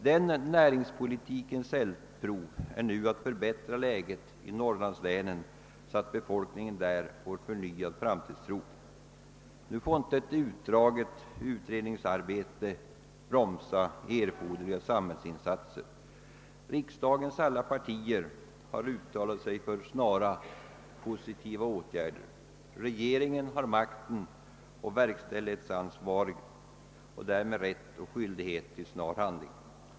Den näringspolitikens eldprov är nu att förbättra läget i norrlandslänen, så att befolkningen där får förnyad framtidstro. Nu får inte ett utdraget utredningsarbete bromsa erforderliga samhällsinsatser. Riksdagens alla partier har uttalat sig för snara, positiva åtgärder. Regeringen har makten och verkställighetsansvaret och därmed rätt och skyldighet till snar handling.